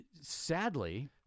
Sadly